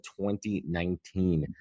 2019